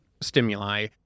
stimuli